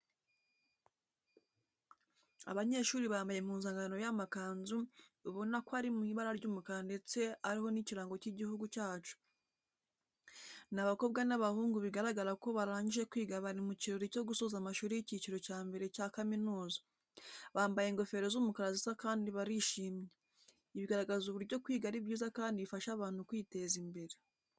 Abanyeshuri bambaye impuzankano y'amakanzu ubona ko ari mu ibara ry'umukara ndetse ariho n'ikirango cy'igihugu cyacu. Ni abakobwa n'abahungu bigaragara ko barangije kwiga bari mu kirori cyo gusoza amashuri y'icyiciro cya mbere cya kaminuza. Bambaye ingofero z'umukara zisa kandi barishimye. Ibi bigaragaza uburyo kwiga ari byiza kandi bifasha abantu kwiteza imbere.